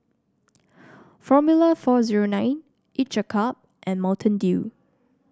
Formula four zero nine each a cup and Mountain Dew